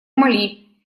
мали